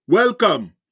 Welcome